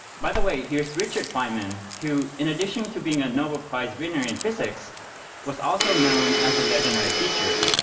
by the way, here's richard feynman, who in addition to being a nobel prize winner in physics was also known as a legendary teacher.